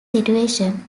situation